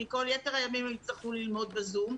כי כל יתר הימים הם יצטרכו ללמוד בזום,